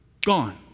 gone